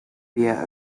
via